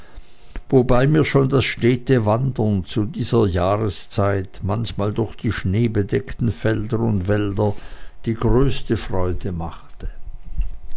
wobei mir schon das stete wandern zu dieser jahreszeit manchmal durch die schneebedeckten felder und wälder die größte freude machte